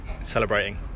Celebrating